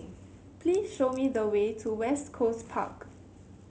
please show me the way to West Coast Park